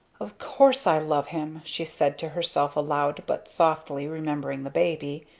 of course i love him! she said to herself aloud but softly, remembering the baby,